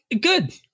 Good